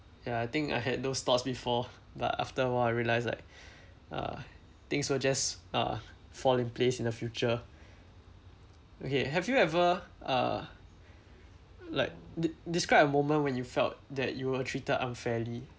ya I think I had those thoughts before but after awhile I realise like uh things will just uh fall in place in the future okay have you ever uh like de~ describe a moment when you felt that you were treated unfairly